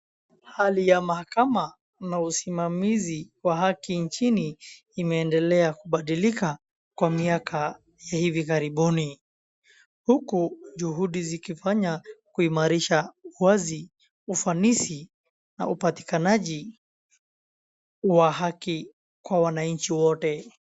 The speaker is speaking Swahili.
Hali ya mahakama na usimamizi wa haki nchini imeendelea kubadilika kwa miaka ya hivi karibuni, huku juhudi zikifanya kuimarisha wazi ufanisi na upatikanaji wa haki kwa wananchi wote.